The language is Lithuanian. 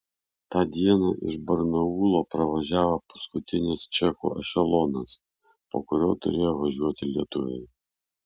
tą dieną iš barnaulo pravažiavo paskutinis čekų ešelonas po kurio turėjo važiuoti lietuviai